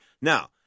Now